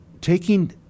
taking